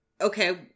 Okay